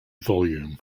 volume